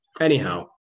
anyhow